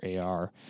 ar